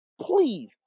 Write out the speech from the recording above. please